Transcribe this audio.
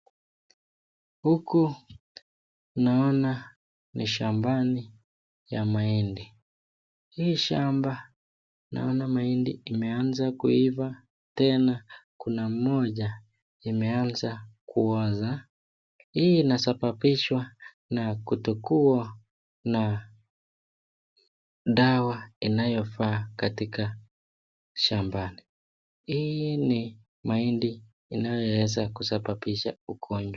Huku naona ni shambani ya mahindi, hii shamba naina mahindi imeanza kuiva tena kuna moja imeanza kuoza, hii inasababishwa na kukosa dawa inayofaa katika shambani, hii ni mahindi inayoweza kusababisha ugonjwa.